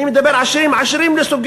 אני מדבר על עשירים לסוגיהם.